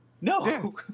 no